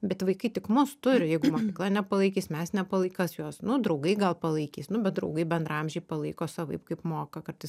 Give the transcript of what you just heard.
bet vaikai tik mus turi jeigu mokykla nepalaikys mes nepalaik kas juos nu draugai gal palaikys nu bet draugai bendraamžiai palaiko savaip kaip moka kartais